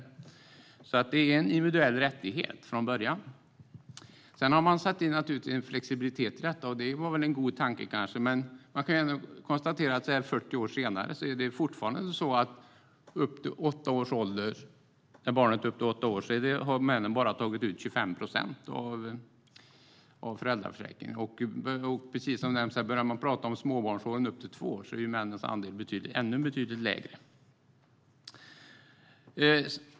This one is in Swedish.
Det är alltså från början en individuell rättighet. Det sattes in en flexibilitet i detta, och det var kanske en god tanke. Men 40 år senare är det fortfarande så att när barnen är åtta år har männen bara tagit ut 25 procent av föräldradagarna. Talar vi om småbarnsåldern upp till två år är männens andel ännu lägre.